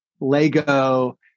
lego